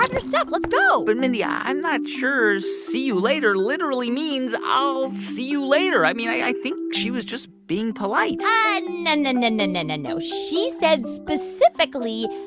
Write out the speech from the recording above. ah your stuff. let's go but, mindy, i'm not sure see you later literally means, i'll see you later. i mean, i think she was just being polite yeah no, and no, and and and no, no. she said specifically,